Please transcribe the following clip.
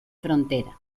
frontera